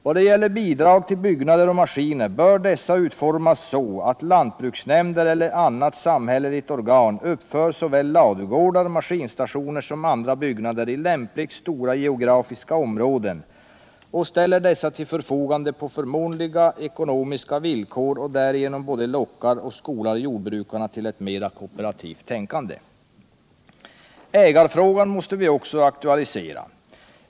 Vad gäller bidrag till byggnader och maskiner bör dessa utformas så, att lantbruksnämnder eller annat samhälleligt organ uppför såväl ladu gårdar, maskinstationer som andra byggnader i lämpligt stora geografiska områden och ställer dessa till förfogande på ekonomiskt förmånliga villkor, och därigenom både lockar och skolar jordbrukarna till ett mera kooperativt tänkande. Ägarfrågan måste vi också aktualisera.